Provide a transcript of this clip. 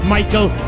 Michael